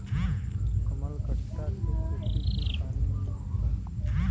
कमलगट्टा के खेती भी पानी में होला